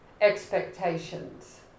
expectations